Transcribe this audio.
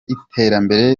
iterambere